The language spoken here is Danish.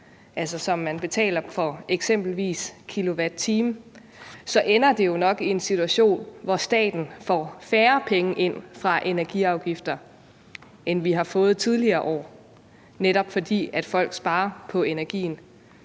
at man betaler for eksempelvis kilowatt-time – så ender det jo nok med en situation, hvor staten får færre penge ind fra energiafgifter, end vi har fået tidligere år, netop fordi folk sparer på energien.